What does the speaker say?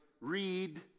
read